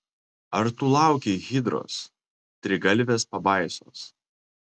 ar tu laukei hidros trigalvės pabaisos